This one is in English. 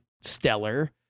stellar